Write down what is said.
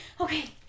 okay